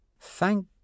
Thank